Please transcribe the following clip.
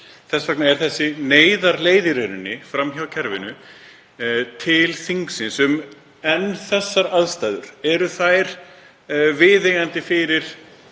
Þess vegna er þessi neyðarleið fram hjá kerfinu til þingsins um: En þessar aðstæður, eru þær viðeigandi fyrir